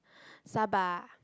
Sabah